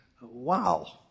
wow